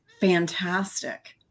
fantastic